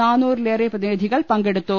നാനൂറിലേറെ പ്രതിനിധികൾ പങ്കെടുത്തു